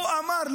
הוא אמר,